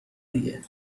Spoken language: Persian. دیگه